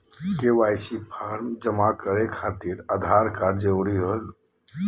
KYC form जमा खातिर Aadhaar card जरूरी होला?